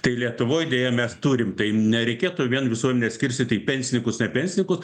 tai lietuvoj deja mes turim tai nereikėtų vien visuomenę skirstyt į pensininkus ne pensininkus